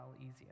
easier